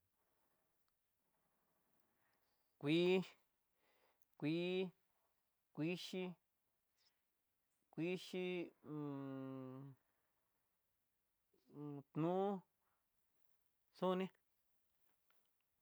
Kuii, kuii, kuixhii, kuxhii un nú'u, xoné.